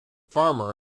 farmer